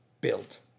built